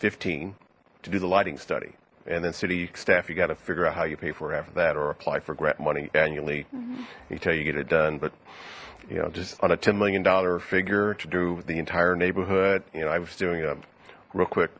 fifteen to do the lighting study and then city staff you got to figure out how you pay for after that or apply for grant money annually you tell you get it done but you know just on a ten million dollar or figure to do the entire neighborhood you know i was doing them real quick